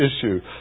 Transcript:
issue